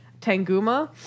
Tanguma